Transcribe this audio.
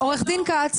עו"ד כץ.